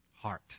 Heart